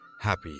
Happy